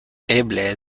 eble